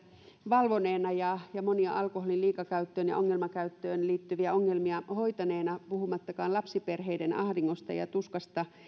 valvoneena ja monia alkoholin liikakäyttöön ja ongelmakäyttöön liittyviä ongelmia hoitaneena puhumattakaan lapsiperheiden ahdingosta ja tuskasta